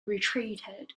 retreated